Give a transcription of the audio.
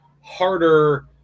harder